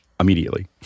immediately